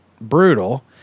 brutal